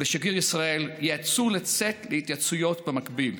ולשגריר ישראל ייעצו לצאת להתייעצויות במקביל.